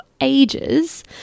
ages